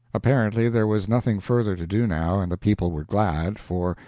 apparently there was nothing further to do now, and the people were glad, for,